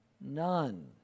None